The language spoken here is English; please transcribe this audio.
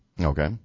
Okay